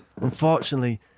Unfortunately